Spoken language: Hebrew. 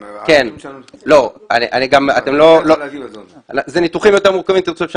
אני הבנתי שזה ברמה ש --- הנתונים קיימים, אפשר